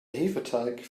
hefeteig